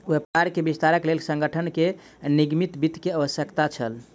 व्यापार के विस्तारक लेल संगठन के निगमित वित्त के आवश्यकता छल